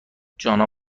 جانا